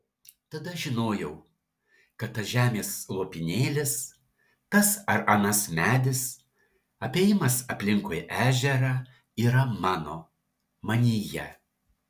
tada žinojau kad tas žemės lopinėlis tas ar anas medis apėjimas aplinkui ežerą yra mano manyje